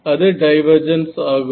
அது டைவெர்ஜன்ஸ் ஆகும்